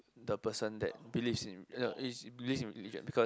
the person that believes in is believes in religion because